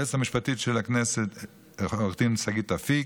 ליועצת המשפטית של הכנסת עו"ד שגית אפיק,